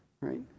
right